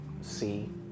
see